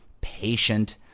patient